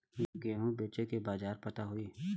गेहूँ बेचे के बाजार पता होई?